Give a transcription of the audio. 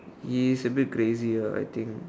he is a bit crazy lah I think